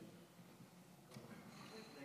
כבוד